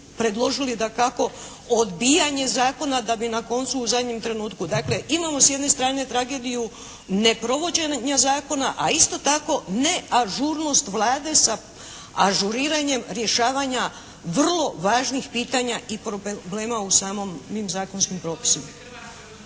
predložili dakako odbijanje zakona da bi na koncu u zadnjem trenutku. Dakle, imamo s jedne strane tragediju neprovođenja zakona a isto tako ne ažurnost Vlade sa ažuriranjem rješavanja vrlo važnih pitanja i problema u samim zakonskim propisima.